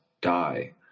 die